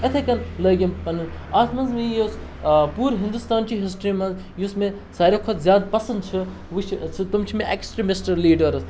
اِتھَے کٔنۍ لٔگۍ یِم پَنُن اَتھ منٛز پوٗرٕ ہِندوستانچہِ ہِسٹرٛی منٛز یُس مےٚ ساروِی کھۄتہٕ زیادٕ پَسنٛد چھُ وٕچھ ژٕ تم چھِ مےٚ اٮ۪کسٹرٛیٖمِسٹہٕ لیٖڈٔرٕز